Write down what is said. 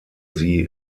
sie